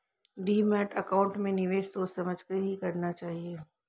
demat account में निवेश सोच समझ कर ही करना चाहिए